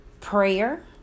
prayer